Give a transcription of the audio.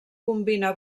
combina